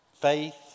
Faith